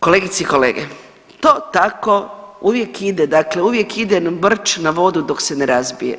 Kolegice i kolege to tako uvije ide, dakle uvijek ide vrč na vodu dok se ne razbije.